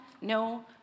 no